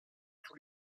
tous